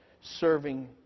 serving